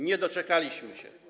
Nie doczekaliśmy się.